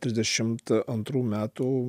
trisdešimt antrų metų